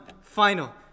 final